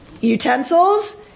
utensils